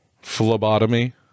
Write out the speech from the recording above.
phlebotomy